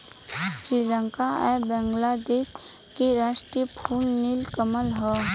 श्रीलंका आ बांग्लादेश के राष्ट्रीय फूल नील कमल ह